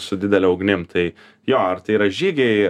su didele ugnim tai jo ar tai yra žygiai